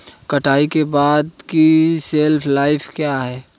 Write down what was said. कटाई के बाद की शेल्फ लाइफ क्या है?